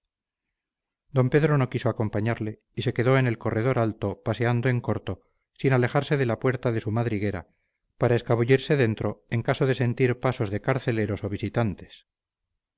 d pedro no quiso acompañarle y se quedó en el corredor alto paseando en corto sin alejarse de la puerta de su madriguera para escabullirse dentro en caso de sentir pasos de carceleros o visitantes